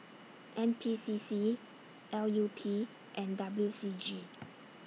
N P C C L U P and W C G